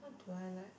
what do I like ah